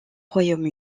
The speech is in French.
royaume